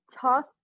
tough